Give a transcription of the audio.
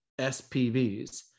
SPVs